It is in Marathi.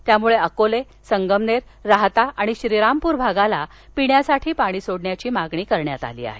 त्यामुळे अकोले संगमनेर राहता आणि श्रीरामपूर भागाला पिण्यासाठी पाणी सोडण्याची मागणी करण्यात आली आहे